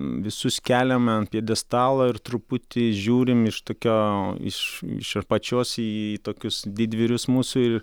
visus keliame ant pjedestalo ir truputį žiūrime iš tokio iš iš apačios į tokius didvyrius mūsų ir